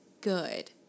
good